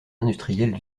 industrielles